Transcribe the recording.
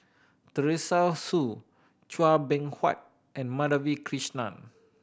Teresa Hsu Chua Beng Huat and Madhavi Krishnan